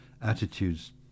Attitudes